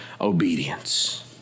obedience